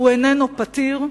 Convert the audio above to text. הוא איננו פתיר.